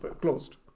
closed